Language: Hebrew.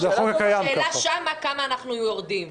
השאלה שם כמה אנחנו יורדים.